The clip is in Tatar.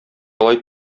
алай